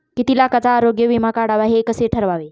किती लाखाचा आरोग्य विमा काढावा हे कसे ठरवावे?